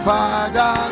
Father